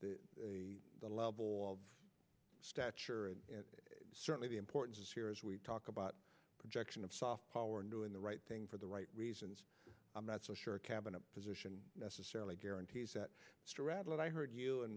the level of stature and certainly the importance here as we talk about projection of soft power and doing the right thing for the right reasons i'm not so sure a cabinet position necessarily guarantees that straddle and i heard you and